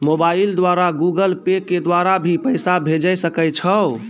Mobile द्वारा Google Pay के द्वारा भी पैसा भेजै सकै छौ?